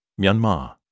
Myanmar